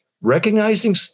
recognizing